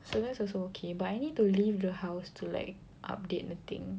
so that also okay but I need to leave the house to like update the thing